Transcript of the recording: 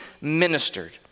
ministered